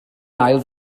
ail